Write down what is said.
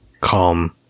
calm